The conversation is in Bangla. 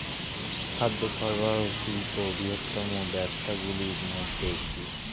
খাদ্য সরবরাহ শিল্প বৃহত্তম ব্যবসাগুলির মধ্যে একটি